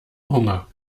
hunger